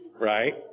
right